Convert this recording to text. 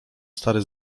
stary